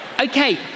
okay